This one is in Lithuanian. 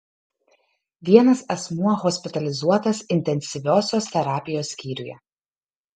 vienas asmuo hospitalizuotas intensyviosios terapijos skyriuje